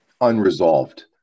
unresolved